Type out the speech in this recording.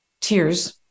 tears